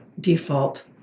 default